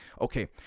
Okay